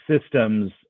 systems